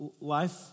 life